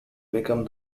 became